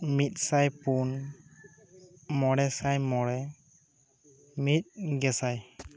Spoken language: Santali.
ᱢᱤᱫ ᱥᱟᱭᱯᱩᱱ ᱢᱚᱬᱮ ᱥᱟᱭ ᱢᱚᱬᱮ ᱢᱤᱫ ᱜᱮᱥᱟᱭ